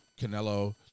Canelo